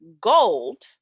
gold